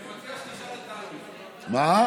אני מציע שתשאל את, מה?